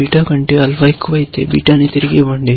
beta కంటే alpha ఎక్కువైతే beta తిరిగి ఇవ్వండి